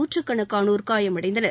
நூற்றுக்கணக்கானோர் காயமடைந்தனர்